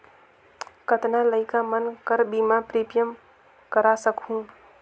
कतना लइका मन कर बीमा प्रीमियम करा सकहुं?